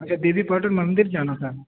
اچھا دیوی پاٹن مندر جانا تھا